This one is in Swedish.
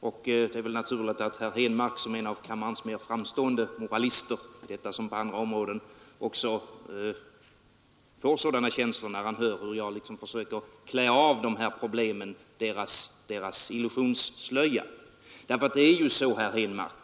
Och det är väl naturligt att herr Henmark, som är en av kammarens mera framstående moralister på detta som på andra områden, också får sådana känslor när han hör hur jag liksom försöker klä av de här problemen deras illusionsslöja.